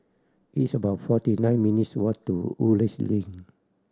it's about forty nine minutes' walk to Woodleigh Link